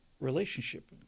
relationship